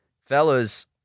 Fellas